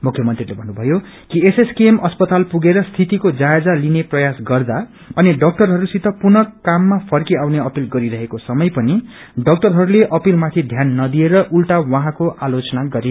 मुख्यमन्त्रीले भन्नुभयो कि एसएसकेएम अस्पताल पुगेर स्थितिको जायजा लिने प्रयास गर्दा अनि डाक्टरहरूसित पुनः काममा फर्किआउने अपिल गरिरहेको सम पनि डाक्टरहरूले अपिलमाथि ध्यान नदिएर उल्टा उनको आलोचना गरे